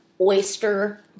Oyster